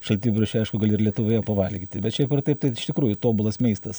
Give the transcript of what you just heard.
šaltibarščiai aišku gali ir lietuvoje pavalgyti bet šiaip ar taip tai iš tikrųjų tobulas maistas